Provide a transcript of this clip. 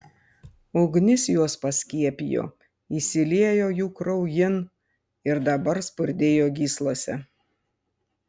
ugnis juos paskiepijo įsiliejo jų kraujin ir dabar spurdėjo gyslose